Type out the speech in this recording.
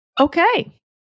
Okay